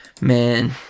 Man